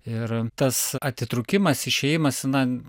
ir tas atitrūkimas išėjimas na